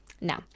Now